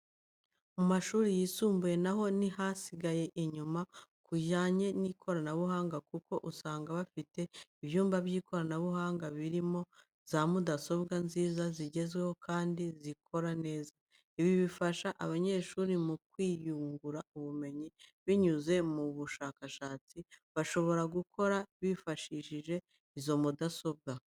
Mu mashuri yisumbuye na ho ntihasigaye inyuma ku bijyanye n'ikoranabuhanga kuko usanga bafite ibyumba by'ikoranabuhanga birimo za mudasobwa nziza zigezweho kandi zikora neza. Ibi bifasha abanyeshuri mu kwiyungura ubumenyi binyuze mu bushakashatsi, bashobora gukora bifashishije izo mudasobwa.